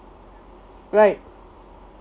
right